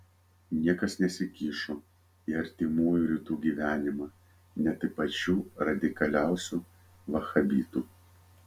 niekas nesikišo į artimųjų rytų gyvenimą net į pačių radikaliausių vahabitų